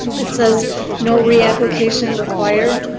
it says no reapplication required.